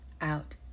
out